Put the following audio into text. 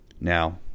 Now